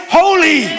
holy